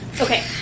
Okay